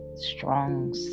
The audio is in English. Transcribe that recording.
strong